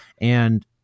And-